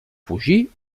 fugir